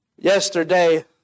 Yesterday